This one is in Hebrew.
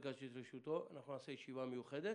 נעשה ישיבה מיוחדת.